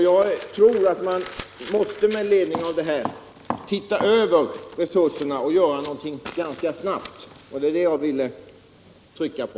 Jag tror att man med ledning av detta måste se över resurserna och göra någonting ganska snabbt. Det är det jag ville trycka på.